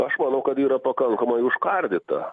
aš manau kad yra pakankamai užkardyta